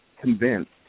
convinced